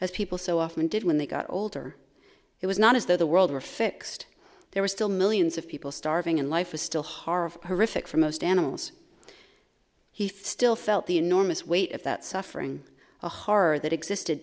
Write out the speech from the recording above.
as people so often did when they got older it was not as though the world were fixed they were still millions of people starving and life was still horrific horrific for most animals he still felt the enormous weight of that suffering the horror that existed